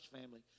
family